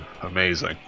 amazing